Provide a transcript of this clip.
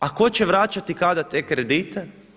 A tko će vraćati i kada te kredite?